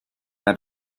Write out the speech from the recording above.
naar